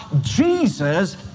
Jesus